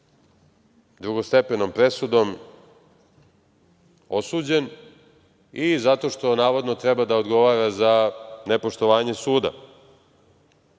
drugostepenom presudom osuđen i zato što, navodno, treba da odgovara za nepoštovanje suda.